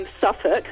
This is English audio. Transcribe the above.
Suffolk